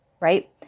right